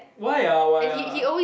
why ah why ah